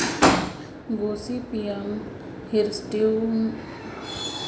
Gossypium hirsutum कपसा के दू सौ ले जादा उपजाति हे जेन ल नावा नावा परयोग करके पैदा करे गए हे